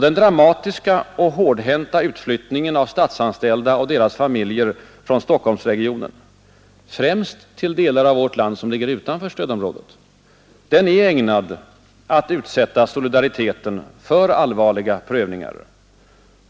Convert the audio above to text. Den dramatiska och hårdhänta utflyttningen av statsanställda och deras familjer från Stockholmsregionen, främst till delar av vårt land som ligger utanför stödområdet, är ägnad att utsätta solidariteten för allvarliga prövningar.